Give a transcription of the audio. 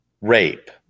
rape